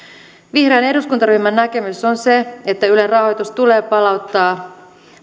vihreän eduskuntaryhmän näkemys on se että ylen rahoitus tulee palauttaa